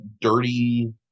dirty